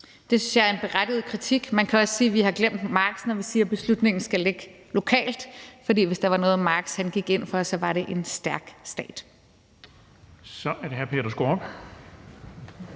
Det synes jeg er en berettiget kritik. Man kan også sige, at vi har glemt Marx, når vi siger, at beslutningen skal ligge lokalt. For var der noget, som Marx gik ind for, så var det en stærk stat. Kl. 12:23 Den fg.